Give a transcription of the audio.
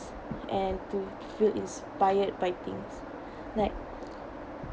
and to feel inspired by things like